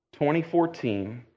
2014